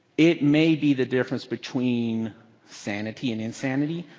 it may be the difference between sanity and insanity.